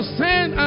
send